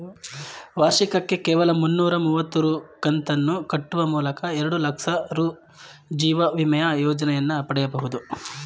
ವಾರ್ಷಿಕಕ್ಕೆ ಕೇವಲ ಮುನ್ನೂರ ಮುವತ್ತು ರೂ ಕಂತನ್ನು ಕಟ್ಟುವ ಮೂಲಕ ಎರಡುಲಕ್ಷ ರೂ ಜೀವವಿಮೆಯ ಯೋಜ್ನ ಪಡೆಯಬಹುದು